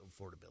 affordability